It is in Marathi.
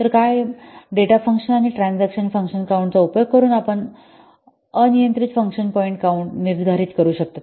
तर काय डेटा फंक्शन आणि ट्रान्झॅक्शन फंक्शन काउन्ट चा उपयोग करून आपण अनियंत्रित फंक्शन पॉईंट काउन्ट निर्धारित करू शकता